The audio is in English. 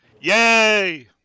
Yay